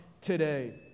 today